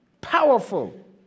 Powerful